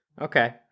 Okay